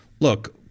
look